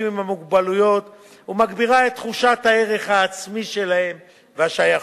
עם המוגבלות ומגבירה את תחושת הערך העצמי שלהם והשייכות.